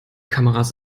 kameras